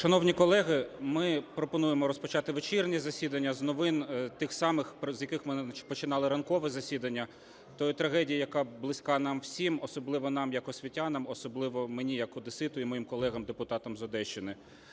Шановні колеги, ми пропонуємо розпочати вечірнє засідання з новин, тих самих, з яких ми починали ранкове засідання, тої трагедії, яка близька нам усім, особливо нам як освітянам, особливо мені як одеситу і моїм колегам депутатам з Одещини.